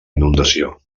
inundació